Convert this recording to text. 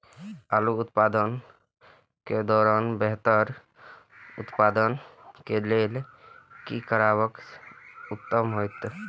आलू उत्पादन के दौरान बेहतर उत्पादन के लेल की करबाक उत्तम होयत?